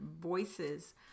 voices